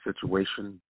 situation